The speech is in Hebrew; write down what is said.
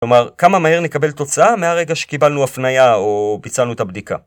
כלומר, כמה מהר נקבל תוצאה מהרגע שקיבלנו הפנייה או ביצענו את הבדיקה.